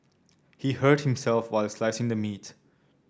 he hurt himself while slicing the meat